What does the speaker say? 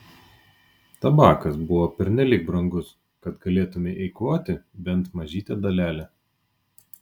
tabakas buvo pernelyg brangus kad galėtumei eikvoti bent mažytę dalelę